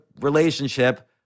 relationship